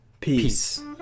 Peace